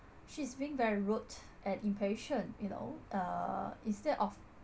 she's being very rude and impatient you know uh instead of